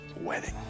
wedding